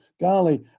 golly